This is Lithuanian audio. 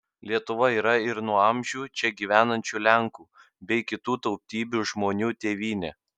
lietuva yra ir nuo amžių čia gyvenančių lenkų bei kitų tautybių žmonių tėvynė